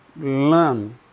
learn